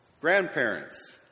Grandparents